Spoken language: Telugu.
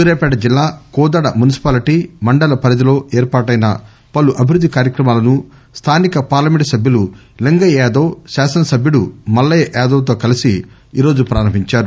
సూర్యాపేట జిల్లా కోదాడ మున్సిపాలిటీ మండల పరిధిలో ఏర్పాటైన పలు అభివృద్ది కార్యక్రమాలను స్థానిక పార్లమెంట్ సభ్యులు లింగయ్య యాదప్ శాసనసభ్యుడు మల్లయ్య యాదప్ తో కలిసి ఈరోజు ప్రారంభించారు